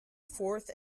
fourth